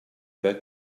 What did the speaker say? back